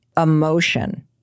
emotion